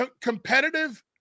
competitive